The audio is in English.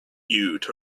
youth